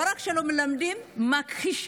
לא רק שלא מלמדים, מכחישים.